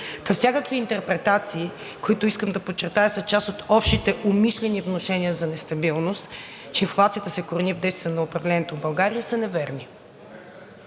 Та всякакви интерпретации, искам да подчертая, са част от общите умишлени внушения за нестабилност, че инфлацията се корени в действията на управлението в България, са неверни.